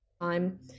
time